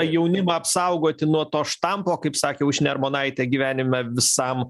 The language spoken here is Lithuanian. jaunimą apsaugoti nuo to štampo kaip sakė aušrinė armonaitė gyvenime visam